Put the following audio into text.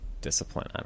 discipline